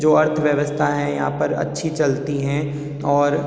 जो अर्थव्यवस्था है यहाँ पर अच्छी चलती हैं और